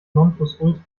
nonplusultra